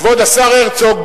כבוד השר הרצוג,